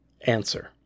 Answer